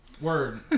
Word